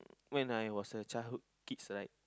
when I was a childhood kids right